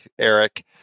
Eric